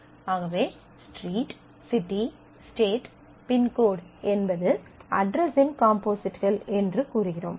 ஆகவே street city state pincode என்பது அட்ரஸின் காம்போசிட்கள் என்று கூறுகிறோம்